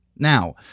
Now